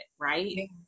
Right